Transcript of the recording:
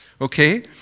okay